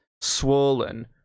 swollen